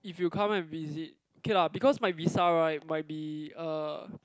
if you come and visit okay lah because my visa right might be uh